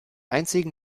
einzigen